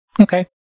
Okay